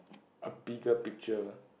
a bigger picture